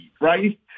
right